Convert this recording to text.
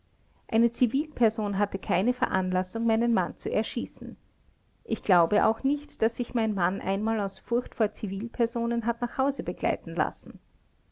eine zivilperson hatte keine veranlassung meinen mann zu erschießen ich glaube auch nicht daß sich mein mann einmal aus furcht vor zivilpersonen hat nach hause begleiten lassen